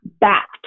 back